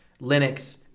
Linux